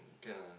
can lah